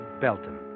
Belton